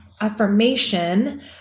affirmation